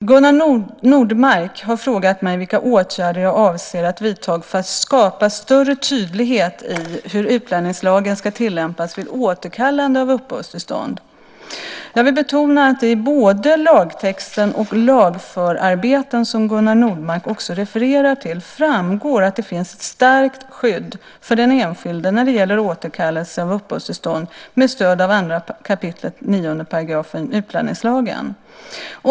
Herr talman! Gunnar Nordmark har frågat mig vilka åtgärder jag avser att vidta för att skapa större tydlighet i hur utlänningslagen ska tillämpas vid återkallande av uppehållstillstånd. Jag vill betona att det av både lagtexten och lagförarbeten, som Gunnar Nordmark också refererar till, framgår att det finns ett starkt skydd för den enskilde när det gäller återkallelse av uppehållstillstånd med stöd av 2 kap. 9 § utlänningslagen.